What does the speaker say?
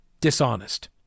dishonest